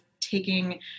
taking